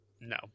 No